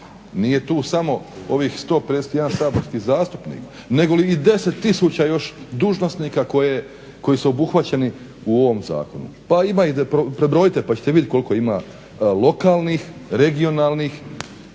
nije tu samo ovih 151 saborski zastupnik, nego li i 10 tisuća još dužnosnika koji su obuhvaćeni u ovom zakonu. Pa ima, prebrojite pa ćete vidjeti koliko ima lokalnih, regionalnih